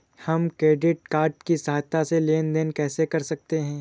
हम credit card की सहायता से लेन देन कैसे कर सकते हैं?